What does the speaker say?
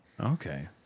Okay